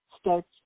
starts